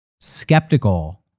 skeptical